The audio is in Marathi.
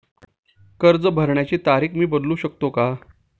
कर्ज भरण्याची तारीख मी बदलू शकतो का?